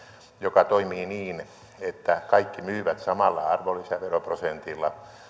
joka toimii niin että kaikki myyvät samalla arvonlisäveroprosentilla